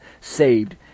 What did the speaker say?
saved